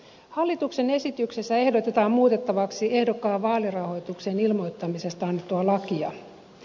hallituksen esityksessä ehdotetaan muutettavaksi ehdokkaan vaalirahoituksen ilmoittamisesta annettua lakia